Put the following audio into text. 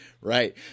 Right